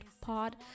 pod